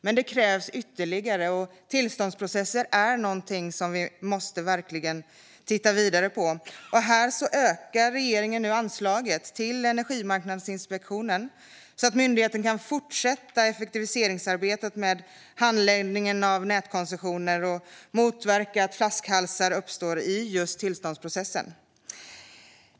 Men det krävs mer, och tillståndsprocesser är någonting vi verkligen måste titta vidare på. Regeringen ökar nu anslaget till Energimarknadsinspektionen så att myndigheten kan fortsätta effektiviseringsarbetet gällande handläggning av nätkoncessioner och arbetet med att motverka flaskhalsar i tillståndsprocessen.